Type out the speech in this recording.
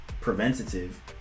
preventative